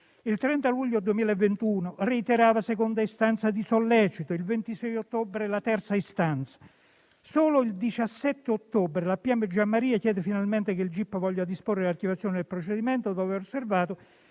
Il 30 luglio 2021 reiterava seconda istanza di sollecito; il 26 ottobre la terza istanza. Solo il 17 ottobre la pubblico ministero Giammaria chiede finalmente che il gip voglia disporre l'archiviazione del procedimento, dopo aver osservato